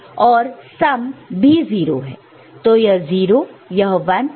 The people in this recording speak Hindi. तो यह 0 यह 1 और यह 1 है